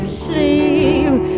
sleep